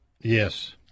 Yes